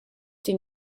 die